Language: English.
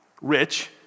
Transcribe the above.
rich